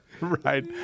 Right